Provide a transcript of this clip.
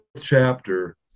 chapter